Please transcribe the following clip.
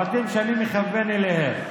הבתים שאני מכוון אליהם.